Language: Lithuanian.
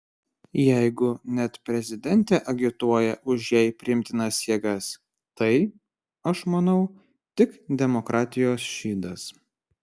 jeigu net prezidentė agituoja už jai priimtinas jėgas tai aš manau tik demokratijos šydas